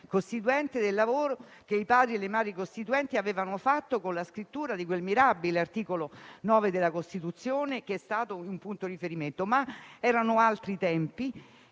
proseguo del lavoro che i Padri e le Madri costituenti hanno fatto con la scrittura del mirabile articolo 9 della Costituzione, che è stato un punto di riferimento. Erano però altri tempi